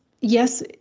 yes